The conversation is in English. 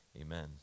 amen